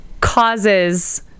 causes